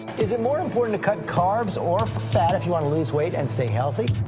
is it more important to cut carbs or fat if you wanna lose weight and stay healthy?